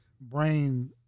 brain